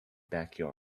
backyard